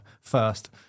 first